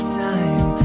time